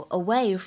away